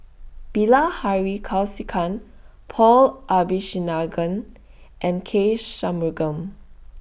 Bilahari Kausikan Paul Abisheganaden and K Shanmugam